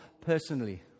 personally